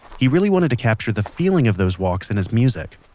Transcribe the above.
he really wanted to capture the feeling of those walks in his music.